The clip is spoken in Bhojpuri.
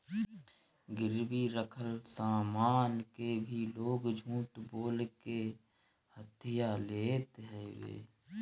गिरवी रखल सामान के भी लोग झूठ बोल के हथिया लेत हवे